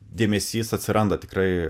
dėmesys atsiranda tikrai